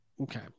Okay